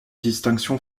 distinction